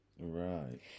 Right